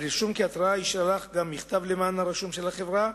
על רישום כהתראה יישלח גם מכתב למען הרשום של החברה,